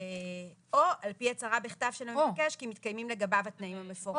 או על פי הצהרה בכתב של המבקש כי מתקיימים לגביו התנאים המפורטים.